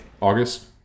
august